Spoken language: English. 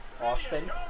Austin